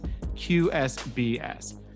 QSBS